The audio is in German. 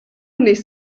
nicht